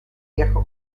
viejo